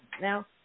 now